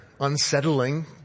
unsettling